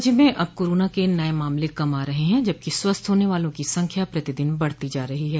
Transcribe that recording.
राज्य में अब कोरोना के नये मामले कम आ रहे हैं जबकि स्वस्थ होने वालों की संख्या प्रतिदिन बढ़ती जा रही है